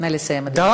נא לסיים, אדוני.